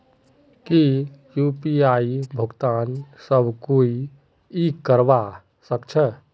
की यु.पी.आई भुगतान सब कोई ई करवा सकछै?